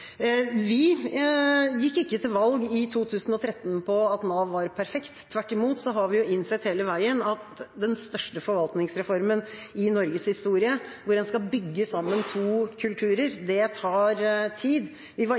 Vi gikk ikke til valg i 2013 på at Nav var perfekt. Tvert imot har vi innsett hele veien at den største forvaltningsreformen i Norges historie, hvor en skal bygge sammen to kulturer, tar tid. Vi var ikke ferdig. Vi startet med å forenkle regelverket, og vi var